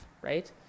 right